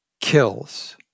kills